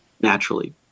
naturally